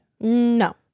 No